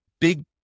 big